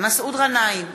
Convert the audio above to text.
מסעוד גנאים,